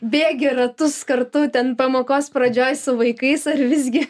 bėgi ratus kartu ten pamokos pradžioj su vaikais ar visgi